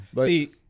see